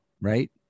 Right